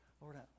Lord